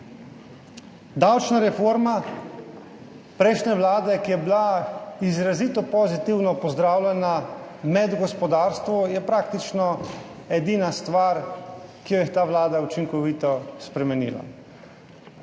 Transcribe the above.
Davčna reforma prejšnje vlade, ki je bila izrazito pozitivno pozdravljena med gospodarstvo, je praktično edina stvar, ki jo je ta vlada učinkovito spremenila.